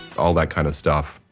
all that kind of stuff,